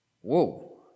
whoa